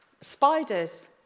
Spiders